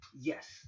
yes